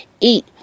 eat